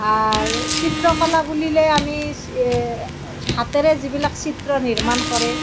চিত্ৰকলা বুলিলে আমি হাতেৰে যিবিলাক চিত্ৰ নিৰ্মাণ কৰে